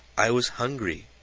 i was hungry.